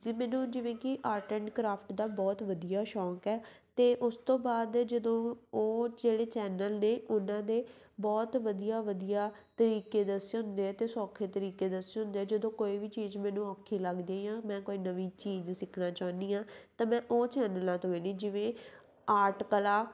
ਅਤੇ ਮੈਨੂੰ ਜਿਵੇਂ ਕਿ ਆਰਟ ਐਂਡ ਕਰਾਫਟ ਦਾ ਬਹੁਤ ਵਧੀਆ ਸ਼ੌਂਕ ਹੈ ਅਤੇ ਉਸ ਤੋਂ ਬਾਅਦ ਜਦੋਂ ਉਹ ਜਿਹੜੇ ਚੈਨਲ ਨੇ ਉਹਨਾਂ ਦੇ ਬਹੁਤ ਵਧੀਆ ਵਧੀਆ ਤਰੀਕੇ ਦੱਸੇ ਹੁੰਦੇ ਹੈ ਅਤੇ ਸੌਖੇ ਤਰੀਕੇ ਦੱਸੇ ਹੁੰਦੇ ਹੈ ਜਦੋਂ ਕੋਈ ਵੀ ਚੀਜ਼ ਮੈਨੂੰ ਔਖੀ ਲੱਗਦੀ ਜਾਂ ਮੈਂ ਕੋਈ ਨਵੀਂ ਚੀਜ਼ ਸਿੱਖਣਾ ਚਾਹੁੰਦੀ ਹਾਂ ਤਾਂ ਮੈਂ ਉਹ ਚੈਨਲਾਂ ਤੋਂ ਵਹਿਨੀ ਜਿਵੇਂ ਆਰਟ ਕਲਾ